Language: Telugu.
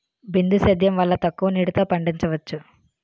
బిందు సేద్యం వల్ల తక్కువ నీటితో పండించవచ్చు